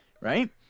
right